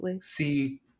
see